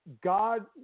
God